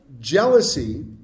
jealousy